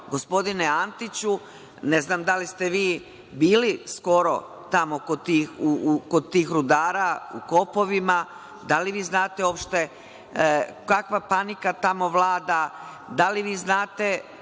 gospodine Antiću, ne znam da li ste vi bili skoro tamo kod tih rudara u kopovima, da li vi znate uopšte kakva panika tamo vlada? Da li vi znate